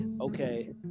okay